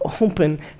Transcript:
open